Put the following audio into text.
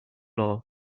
law